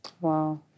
Wow